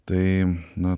tai na